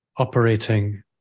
operating